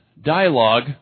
dialogue